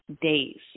days